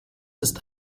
ist